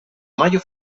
mayo